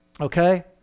Okay